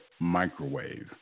microwave